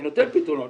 אני נותן פתרונות.